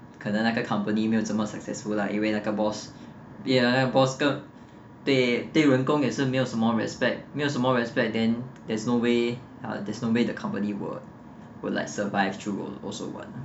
可能那个 company 没有这么 successful lah 因为那个 boss 因为那个 boss 对对员工没有什么 respect 没有什么 respect then there's no way there's no way the company will will like survived through also [what]